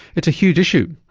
it's a huge issue.